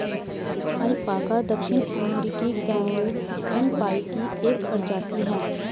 alpaca दक्षिण अमेरिकी camelid स्तनपायी की एक प्रजाति है